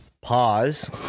Pause